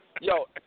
Yo